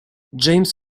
james